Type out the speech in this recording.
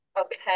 okay